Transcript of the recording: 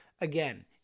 again